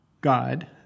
God